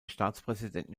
staatspräsidenten